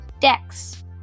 decks